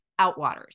outwaters